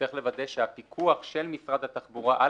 צריך לוודא שהפיקוח של משרד התחבורה על